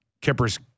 Kippers